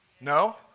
No